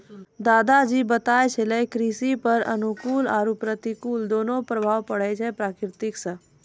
दादा जी बताय छेलै कृषि पर अनुकूल आरो प्रतिकूल दोनों प्रभाव पड़ै छै प्रकृति सॅ